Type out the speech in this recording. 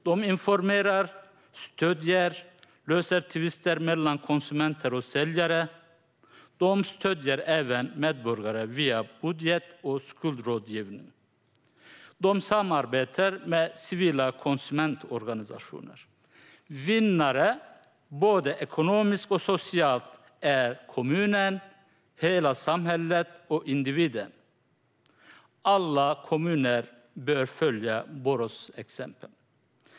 De informerar, stöder och löser tvister mellan konsumenter och säljare. De stöder även medborgare via budget och skuldrådgivning. De samarbetar med civila konsumentorganisationer. Vinnare, både ekonomiskt och socialt, är kommunen, hela samhället och individen. Alla kommuner bör följa Borås exempel.